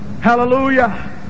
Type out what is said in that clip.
Hallelujah